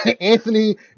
Anthony